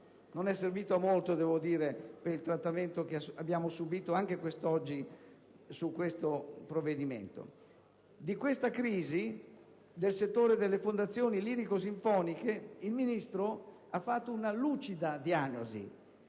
non è servito a molto, dato il trattamento che abbiamo subito anche oggi su questo provvedimento. Di questa crisi del settore delle fondazioni lirico-sinfoniche il Ministro ha fatto una lucida diagnosi: